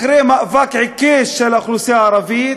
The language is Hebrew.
אחרי מאבק עיקש של האוכלוסייה הערבית,